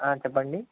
చెప్పండి